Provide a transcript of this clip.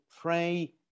pray